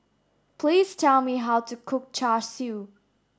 please tell me how to cook Char Siu